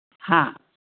ꯍꯥ